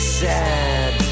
sad